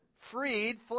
freed